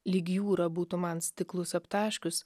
lyg jūra būtų man stiklus aptaškius